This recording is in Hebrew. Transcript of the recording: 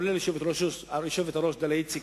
גם היושבת-ראש דליה איציק,